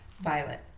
Violet